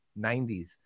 90s